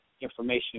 information